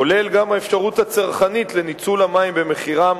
כולל גם האפשרות הצרכנית של ניצול המים במחירם